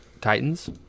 Titans